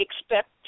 expect